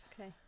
Okay